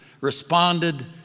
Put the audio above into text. responded